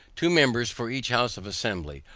two members for each house of assembly,